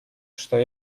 что